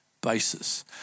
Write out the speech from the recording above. basis